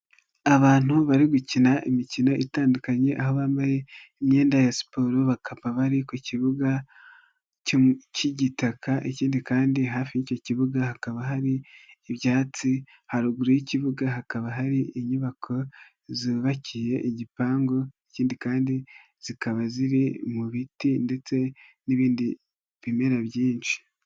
Abantu bari gukina imikino itandukanye aho bambaye imyenda ya siporo bakaba bari ku kibuga k'igitaka ikindi kandi hafi y'icyo kibuga hakaba hari ibyatsi, haruguru y'ikibuga hakaba hari inyubako zubakiye igipangu, ikindi kandi zikaba ziri mu biti ndetse n'ibindi bimera byinshi.